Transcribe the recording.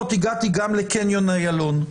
הגעתי גם לקניון איילון.